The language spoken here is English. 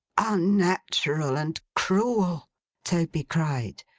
unnatural and cruel toby cried.